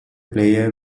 player